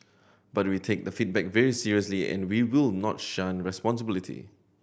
but we take the feedback very seriously and we will not shun responsibility